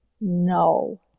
No